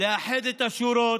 לאחד את השורות.